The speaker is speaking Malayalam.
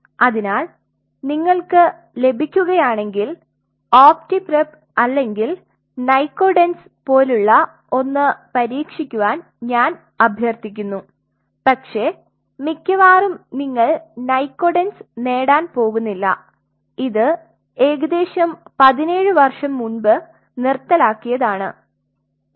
അതിനാൽ നിങ്ങൾക്ക് ലഭിക്കുകയാണെങ്കിൽ ഒപ്റ്റിപ്രീപ്പ് അല്ലെങ്കിൽ നൈകോഡെൻസ് പോലുള്ള ഒന്ന് പരീക്ഷികുവാൻ ഞാൻ അഭ്യർത്ഥിക്കുന്നു പക്ഷേ മിക്കവാറും നിങ്ങൾ നൈകോഡെൻസ് നേടാൻ പോകുന്നില്ല ഇത് ഏകദേശം 17 വർഷം മുമ്പ് നിർത്തലാക്കിയതാണ് റഫർ സമയം 1854